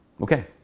Okay